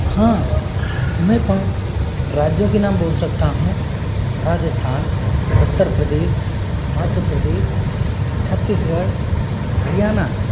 हाँ मैं पाँच राज्यों के नाम बोल सकता हूँ राजस्थान उत्तर प्रदेश मध्य प्रदेश छत्तीसगढ़ हरियाणा